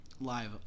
live